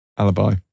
Alibi